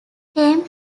came